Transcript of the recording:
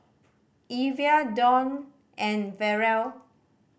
Evia Dionne and Ferrell